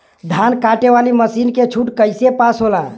धान कांटेवाली मासिन के छूट कईसे पास होला?